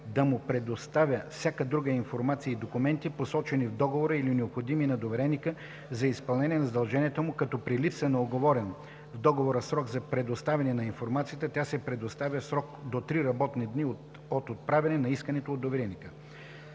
да му предоставя всяка друга информация и документи, посочени в договора или необходими на довереника за изпълнение на задълженията му, като при липса на уговорен в договора срок за предоставяне на информацията тя се предоставя в срок до три работни дни от отправяне на искането от довереника.”